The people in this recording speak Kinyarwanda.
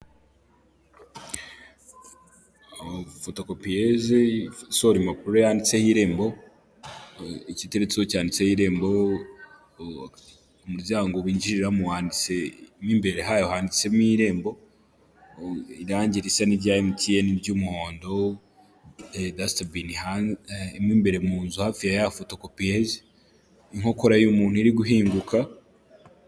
Fotokopiyeze isohora impapuro yanditseho irembo, icyo iteretseho cyanditseho irembo, umuryango winjiriramo handitse mo imbere hayo handitsemo irembo, irangi risa n'irya emutiyeni ry'umuhondo, dastibini hanze mo imbere mu nzu hafi ya fotokopiyeze, inkokora y'umuntu iri guhinguka.